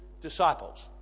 disciples